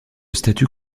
statut